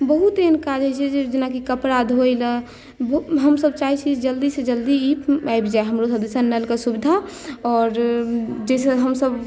बहुत एहन काज होइ छै जे जेनाकि कपड़ा धोइ लेल हमसभ चाहै छी जल्दी सँ जल्दी ई आबि जाइ हमरो सभ दिश नलके सुविधा आओर जाहिसँ हमसभ